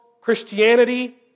Christianity